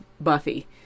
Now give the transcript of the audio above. Buffy